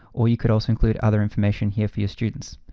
or you could also include other information here for your students.